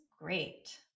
great